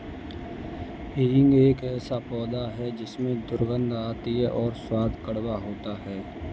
हींग एक ऐसा पौधा है जिसमें दुर्गंध आती है और स्वाद कड़वा होता है